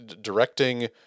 directing